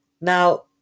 Now